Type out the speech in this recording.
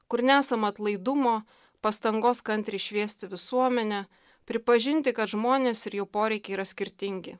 kur nesama atlaidumo pastangos kantriai šviesti visuomenę pripažinti kad žmonės ir jų poreikiai yra skirtingi